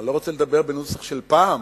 אני לא רוצה לדבר בנוסח של "פעם",